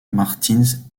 martins